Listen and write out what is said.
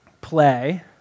play